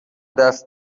دست